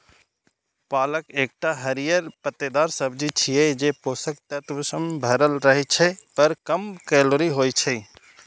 पालक एकटा हरियर पत्तेदार सब्जी छियै, जे पोषक तत्व सं भरल रहै छै, पर कम कैलोरी होइ छै